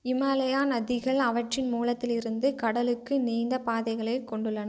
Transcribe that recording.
இமாலயா நதிகள் அவற்றின் மூலத்திலிருந்து கடலுக்கு நீண்ட பாதைகளைக் கொண்டுள்ளன